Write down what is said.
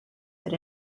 that